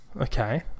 Okay